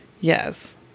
Yes